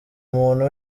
umuntu